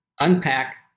unpack